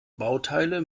bauteile